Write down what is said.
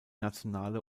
nationale